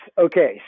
Okay